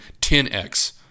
10X